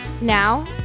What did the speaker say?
Now